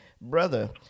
brother-